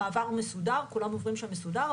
המעבר מסודר, כולם אומרים שם מסודר.